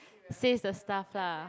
says the staff lah